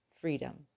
freedom